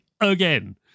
again